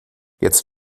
jetzt